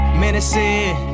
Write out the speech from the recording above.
menacing